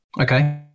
Okay